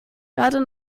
gerade